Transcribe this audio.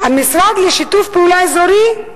המשרד לשיתוף פעולה אזורי,